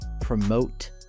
promote